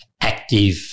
active